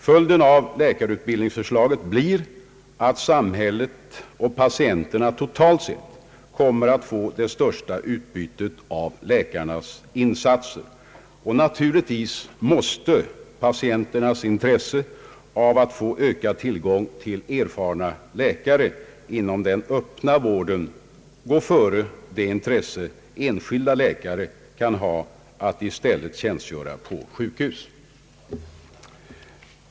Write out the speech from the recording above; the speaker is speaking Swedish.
Följden av läkarutbildningsförslaget blir att samhället och patienterna totalt sett kommer att få det största utbytet av läkarnas insatser. Naturligtvis måste patienternas intresse av att få ökad tillgång till erfarna läkare inom den öppna vården gå före det intresse enskilda läkare kan ha att i stället tjänstgöra på sjukhus.